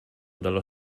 dallo